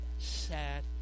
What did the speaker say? sad